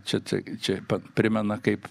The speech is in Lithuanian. čia čia čia ir pat primena kaip